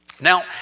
Now